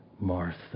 Martha